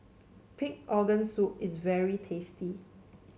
Pig Organ Soup is very tasty